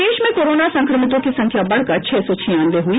प्रदेश में कोरोना संक्रमितों की संख्या बढकर छह सौ छियानवे हुई